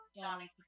Johnny